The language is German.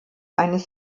eines